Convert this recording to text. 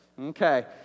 okay